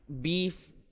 beef